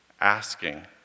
asking